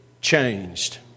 changed